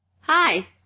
Hi